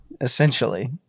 essentially